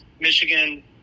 Michigan